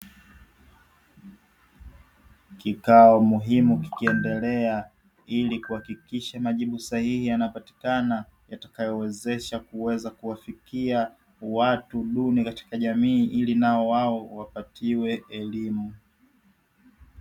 Kikao muhimu kikiendelea ili kuhakikisha majibu sahihi yanapatikana; yatakayowezesha kuweza kuwafikia watu duni katika jamii, ili nao wao wapatiwe elimu.